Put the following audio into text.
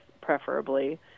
preferably